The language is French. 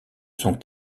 sont